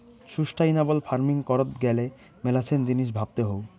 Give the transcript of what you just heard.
sustainable farming করত গ্যালে মেলাছেন জিনিস ভাবতে হউ